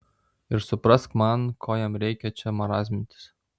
ir suprask man ko jam reikia čia marazmintis